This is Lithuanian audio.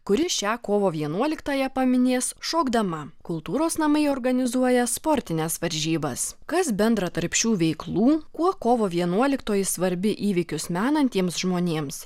kuri šią kovo vienuoliktąją paminės šokdama kultūros namai organizuoja sportines varžybas kas bendro tarp šių veiklų kuo kovo vienuoliktoji svarbi įvykius menantiems žmonėms